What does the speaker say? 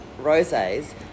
rosés